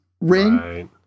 ring